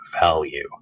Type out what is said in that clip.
value